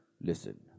Listen